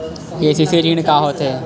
KCC ऋण का होथे?